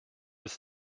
bis